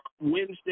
Wednesday